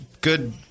good